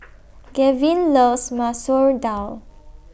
Gavyn loves Masoor Dal